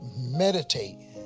meditate